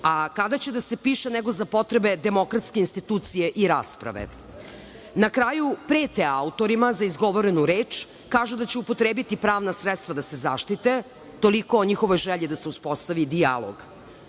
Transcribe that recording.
a kada će da se piše nego za potrebe demokratske institucije i rasprave. Na kraju, prete autorima za izgovorenu reč. Kažu da će upotrebiti pravna sredstva da se zaštite. Toliko o njihovoj želji da se uspostavi dijalog.